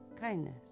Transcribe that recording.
kindness